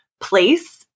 place